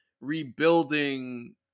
rebuilding